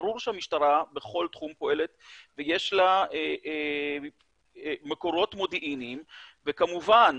ברור שהמשטרה פועלת בכל תחום ויש לה מקורות מודיעיניים וכמובן,